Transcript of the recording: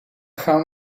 gaan